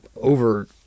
over